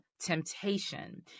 temptation